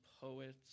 poets